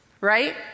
Right